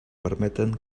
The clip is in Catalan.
permeten